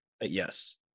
Yes